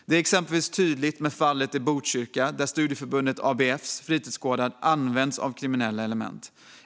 Det är exempelvis tydligt med fallet i Botkyrka, där studieförbundet ABF:s fritidsgårdar har använts av kriminella element.